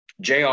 JR